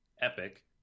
Epic